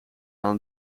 aan